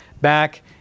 back